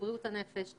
בריאות הנפש.